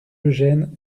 eugène